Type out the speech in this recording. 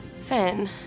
Finn